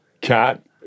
Cat